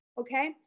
okay